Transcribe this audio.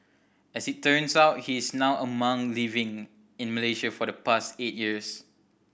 as it turns out he is now a monk living in Malaysia for the past eight years